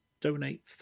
donate